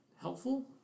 helpful